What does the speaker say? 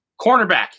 Cornerback